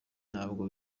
ntabwo